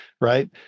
right